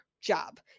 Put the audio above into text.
job